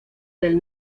del